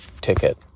ticket